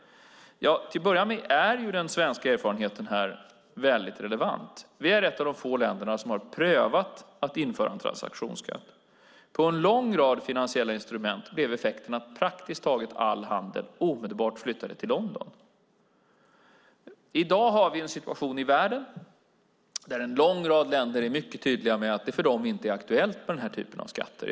Till att börja med är den svenska erfarenheten här väldigt relevant. Sverige är ett av de få länder som har prövat att införa en transaktionsskatt. På en lång rad finansiella instrument blev effekten att praktiskt taget all handel omedelbart flyttade till London. I dag har vi en situation i världen där en lång rad länder är mycket tydliga med att det för dem inte är aktuellt med den här typen av skatter.